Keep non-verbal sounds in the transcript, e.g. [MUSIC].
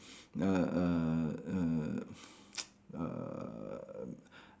err err err [NOISE] err